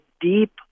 deep